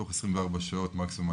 תוך 24 שעות מקסימום,